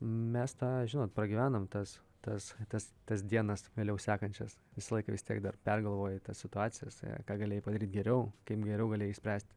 mes tą žinot pragyvename tas tas tas tas dienas vėliau sekančias visąlaik vis tiek dar pergalvoji tas situacijas ką galėjai padaryti geriau kaip geriau galėjai spręsti